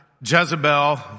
Jezebel